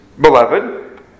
beloved